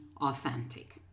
authentic